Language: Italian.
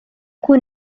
cui